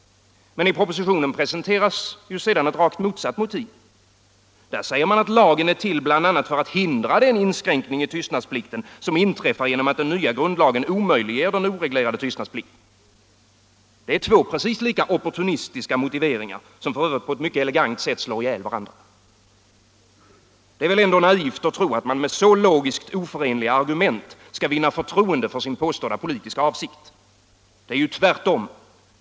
Men i propositionen presenteras sedan ett rakt motsatt motiv. Där säger man att lagen är till bl.a. för att hindra den inskränkning i tystnadsplikten som inträffar genom att den nya grundlagen omöjliggör den oreglerade tystnadsplikten. Det är två lika opportunistiska motiveringar, som f. ö. på ett elegant sätt slår ihjäl varandra. Det är väl ändå naivt att tro, att man med så logiskt oförenliga argument skall vinna förtroende för sin påstådda politiska avsikt. Det är ju tvärtom.